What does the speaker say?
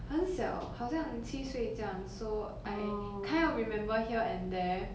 很小好像七岁这样 so I kind of remember here and there